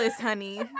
honey